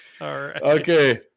okay